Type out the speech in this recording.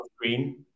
screen